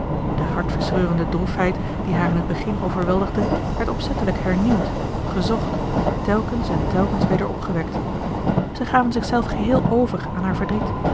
de hartverscheurende droefheid die haar in het begin overweldigde werd opzettelijk hernieuwd gezocht telkens en telkens weder opgewekt zij gaven zichzelf geheel over aan haar verdriet